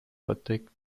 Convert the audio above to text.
verdeckt